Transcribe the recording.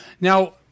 Now